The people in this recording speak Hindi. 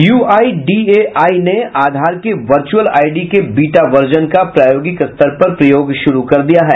यूआईडीएआइ ने आधार के वर्चुअल आईडी के बीटा वर्जन का प्रयोगिक स्तर पर प्रयोग शुरू कर दिया है